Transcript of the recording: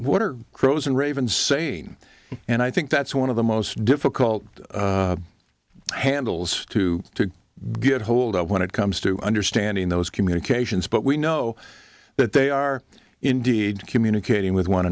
are crows and ravens sane and i think that's one of the most difficult handles to to get hold of when it comes to understanding those communications but we know that they are indeed communicating with one